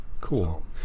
cool